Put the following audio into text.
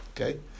Okay